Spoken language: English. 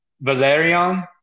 Valerian